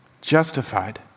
justified